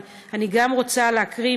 אבל גם אני רוצה להקריא,